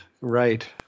Right